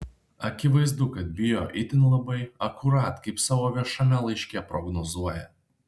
akivaizdu kad bijo itin labai akurat kaip savo viešame laiške prognozuoja